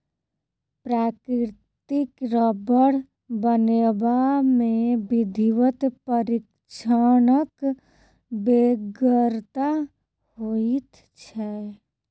प्राकृतिक रबर बनयबा मे विधिवत प्रशिक्षणक बेगरता होइत छै